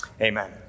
Amen